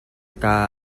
kaa